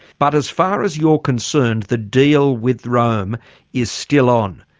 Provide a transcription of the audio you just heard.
but as far as you're concerned, the deal with rome is still on.